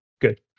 good